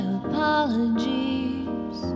apologies